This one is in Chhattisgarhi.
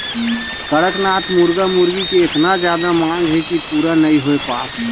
कड़कनाथ मुरगा मुरगी के एतना जादा मांग हे कि पूरे नइ हो पात हे